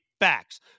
Facts